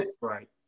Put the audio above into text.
Right